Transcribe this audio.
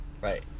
Right